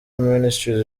ministries